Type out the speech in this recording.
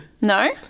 No